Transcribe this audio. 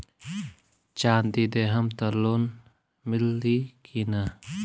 चाँदी देहम त लोन मिली की ना?